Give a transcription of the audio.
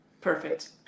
Perfect